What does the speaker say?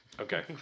Okay